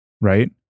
right